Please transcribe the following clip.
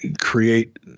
create